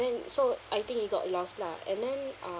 and so I think it got lost lah and then uh